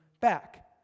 back